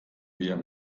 wir